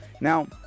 Now